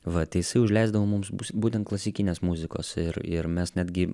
va tai isai užleisdavo mums bus būtent klasikinės muzikos ir ir mes netgi